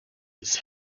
his